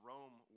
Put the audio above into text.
Rome